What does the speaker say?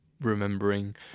remembering